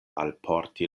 alporti